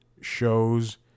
shows